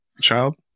child